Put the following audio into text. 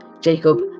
Jacob